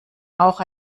auch